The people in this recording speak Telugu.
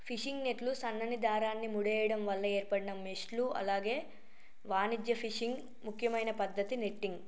ఫిషింగ్ నెట్లు సన్నని దారాన్ని ముడేయడం వల్ల ఏర్పడిన మెష్లు అలాగే వాణిజ్య ఫిషింగ్ ముఖ్యమైన పద్దతి నెట్టింగ్